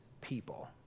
people